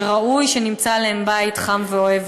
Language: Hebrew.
שראוי שנמצא להם בית חם ואוהב,